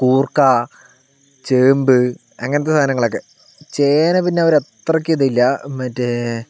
കൂർക്ക ചേമ്പ് അങ്ങനത്തെ സാധങ്ങളൊക്കെ ചേന പിന്നെ അവർ അത്രക്ക് ഇതില്ല മറ്റേ